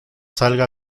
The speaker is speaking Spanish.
salga